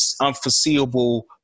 unforeseeable